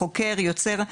חוקר ויוצר,